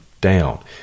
down